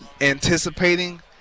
anticipating